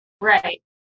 Right